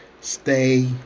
Stay